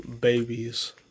babies